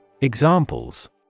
Examples